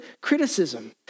criticism